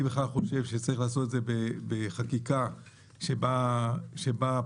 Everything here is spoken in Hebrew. אני בכלל חושב שצריך לעשות את זה בחקיקה שאומרת שפער